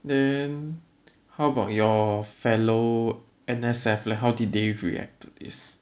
then how about your fellow N_S_F leh how did they react to this